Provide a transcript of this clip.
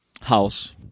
house